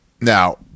Now